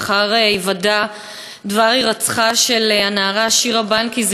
לאחר היוודע דבר הירצחה של הנערה שירה בנקי,